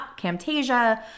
Camtasia